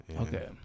Okay